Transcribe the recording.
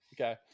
Okay